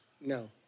No